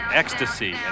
ecstasy